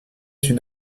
une